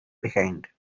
behind